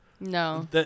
No